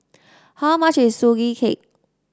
how much is Sugee Cake